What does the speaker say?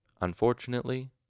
Unfortunately